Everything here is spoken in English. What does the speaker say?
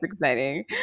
exciting